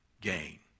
gain